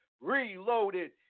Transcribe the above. Reloaded